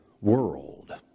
world